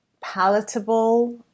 palatable